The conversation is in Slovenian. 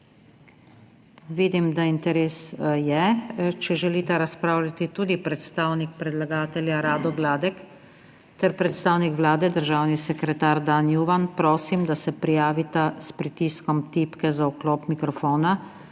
Vidim, da je interes. Če želita razpravljati tudi predstavnik predlagatelja Rado Gladek ter predstavnik Vlade, državni sekretar Dan Juvan, prosim, da se prijavita s pritiskom tipke za vklop mikrofona.